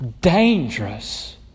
Dangerous